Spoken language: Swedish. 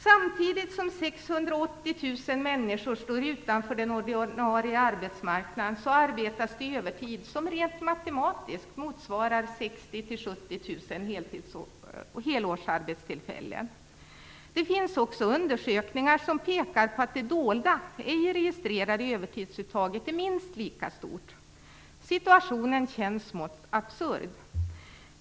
Samtidigt som 680 000 människor står utanför den ordinarie arbetsmarknaden arbetas det övertid i en omfattning som rent matematiskt motsvarar 60 000 70 000 helårsarbetstillfällen. Det finns också undersökningar som pekar på att det dolda, ej registrerade övertidsuttaget är minst lika stort. Situationen känns smått absurd.